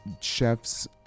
chefs